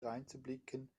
dreinzublicken